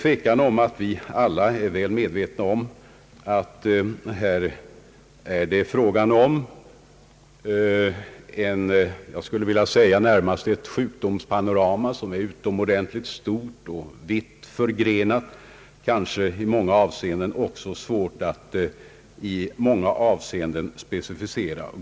Vi är väl medvetna om att det sjukdomspanorama det här är fråga om är utomordentligt stort, vitt förgrenat och kanske i många avseenden också svårt att specificera.